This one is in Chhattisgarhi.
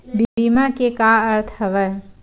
बीमा के का अर्थ हवय?